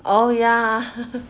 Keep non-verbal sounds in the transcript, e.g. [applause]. oh ya [laughs]